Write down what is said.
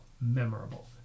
memorable